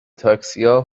تاکسیا